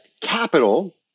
capital